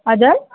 हजुर